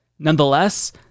Nonetheless